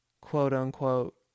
quote-unquote